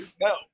no